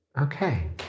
Okay